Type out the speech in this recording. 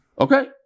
Okay